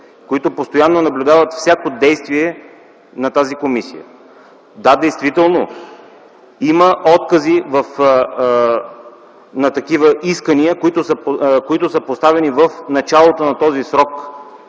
които постоянно наблюдават всяко действие на тази комисия. Да, действително има откази на такива искания, които са поставени в началото на този срок,